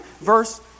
verse